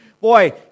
Boy